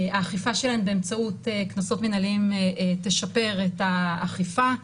האכיפה שלהן באמצעות קנסות מנהליים תשפר את האכיפה,